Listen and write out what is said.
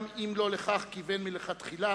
גם אם לא לכך כיוון מלכתחילה,